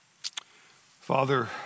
Father